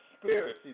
conspiracy